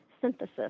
synthesis